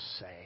say